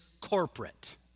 corporate